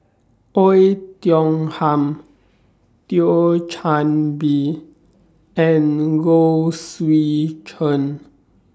Oei Tiong Ham Thio Chan Bee and Low Swee Chen